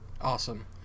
awesome